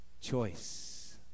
choice